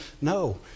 No